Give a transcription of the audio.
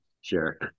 sure